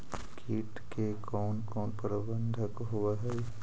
किट के कोन कोन प्रबंधक होब हइ?